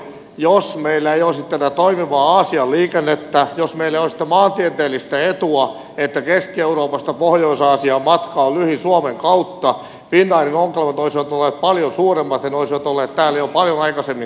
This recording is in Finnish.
jos meillä ei olisi tätä toimivaa aasian liikennettä jos meillä ei olisi sitä maantieteellistä etua että keski euroopasta pohjois aasiaan matka on lyhin suomen kautta finnairin ongelmat olisivat olleet paljon suuremmat ja ne olisivat olleet täällä jo paljon aikaisemmin käsittelyssä